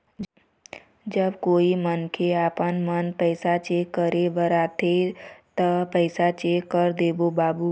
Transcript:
जब कोई मनखे आपमन पैसा चेक करे बर आथे ता पैसा चेक कर देबो बाबू?